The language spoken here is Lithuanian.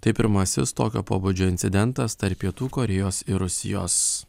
tai pirmasis tokio pobūdžio incidentas tarp pietų korėjos ir rusijos